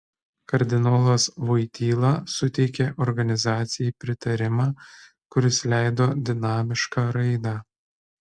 kardinolas voityla suteikė organizacijai pritarimą kuris leido dinamišką raidą